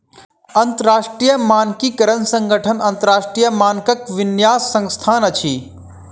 अंतरराष्ट्रीय मानकीकरण संगठन अन्तरराष्ट्रीय मानकक विन्यास संस्थान अछि